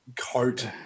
coat